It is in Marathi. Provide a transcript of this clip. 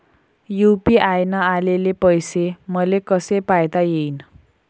यू.पी.आय न आलेले पैसे मले कसे पायता येईन?